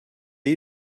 are